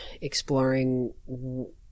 exploring